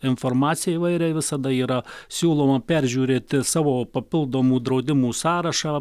informaciją įvairią ir visada yra siūloma peržiūrėti savo papildomų draudimų sąrašą